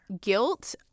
guilt